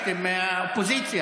הליכוד, אתם ביקשתם, האופוזיציה.